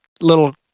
little